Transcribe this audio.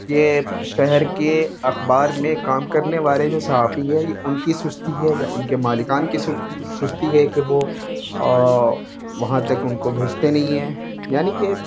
یہ شہر کے اخبار میں کام کرنے والے جو صحافی ہیں یہ ان کی سستی ہے یا ان کے مالکان کی سستی ہے کہ وہ وہاں تک ان کو بھیجتے نہیں ہیں یعنی کہ